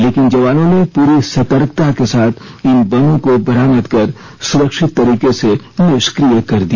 लेकिन जवानों ने पूरी सतर्कता के साथ इन बमों को बरामद कर सुरक्षित तरीके से निष्क्रिय कर दिया